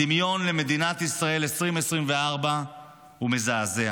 הדמיון למדינת ישראל 2024 הוא מזעזע.